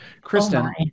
Kristen